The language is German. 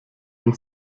den